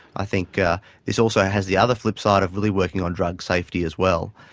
i think ah this also has the other flip side of really working on drug safety as well.